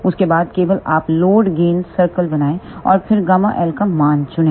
उसके बाद केवल आप लोड गेन सर्कल बनाएं और फिर ΓL का मान चुनें